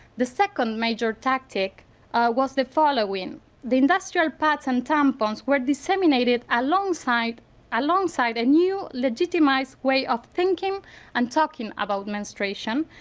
the second major tactic was the following. the industrial patent tampons were disseminated alongside alongside a new legitimized way of thinking and talking about menstruation,